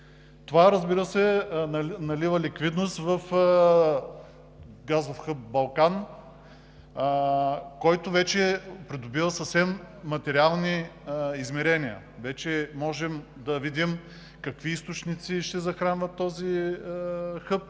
на газ. Това налива ликвидност в газов хъб „Балкан“, който придобива вече съвсем материални измерения. Вече можем да видим какви източници ще захранва този хъб,